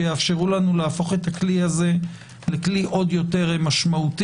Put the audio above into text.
שיאפשרו לנו להפוך את הכלי הזה לכלי עוד יותר משמעותי.